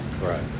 Right